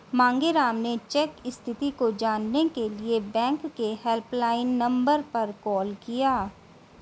मांगेराम ने चेक स्थिति को जानने के लिए बैंक के हेल्पलाइन नंबर पर कॉल किया